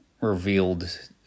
revealed